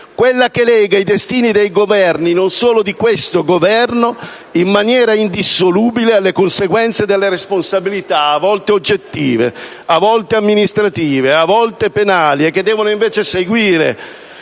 quella che lega i destini dei Governi, non solo di questo Governo, in maniera indissolubile alle conseguenze delle responsabilità, a volte oggettive, a volte amministrative e a volte penali, e che devono invece seguire